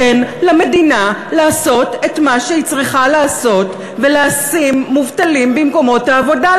תן למדינה לעשות את מה שהיא צריכה לעשות ולהשים מובטלים במקומות העבודה.